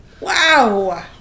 wow